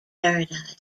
paradise